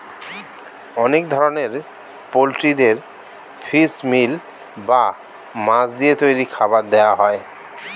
অনেক ধরনের পোল্ট্রিদের ফিশ মিল বা মাছ দিয়ে তৈরি খাবার দেওয়া হয়